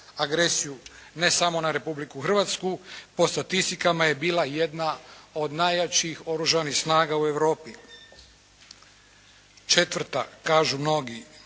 agresiju, ne samo na Republiku Hrvatsku, po statistikama je bila je jedna od najjačih oružanih snaga u Europi. Četvrta, kažu mnogi